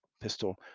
Pistol